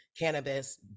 cannabis